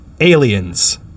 Aliens